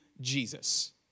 Jesus